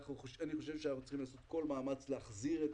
אני חושב שאנחנו צריכים לעשות כל מאמץ להחזיר את